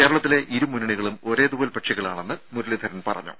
കേരളത്തിലെ ഇരു മുന്നണികളും ഒരേ തൂവൽ പക്ഷികളാണെന്ന് മുരളീധരൻ പറഞ്ഞു